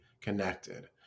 connected